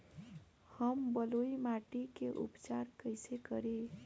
हम बलुइ माटी के उपचार कईसे करि?